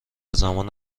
زمان